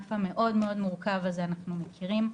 בענף המאוד מאוד מורכב הזה אנחנו מכירים.